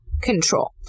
control